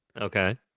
Okay